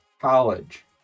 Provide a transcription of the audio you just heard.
college